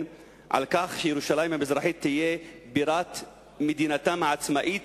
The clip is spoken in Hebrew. על כך שירושלים המזרחית תהיה בירת מדינתם העצמאית,